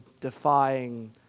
defying